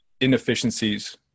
inefficiencies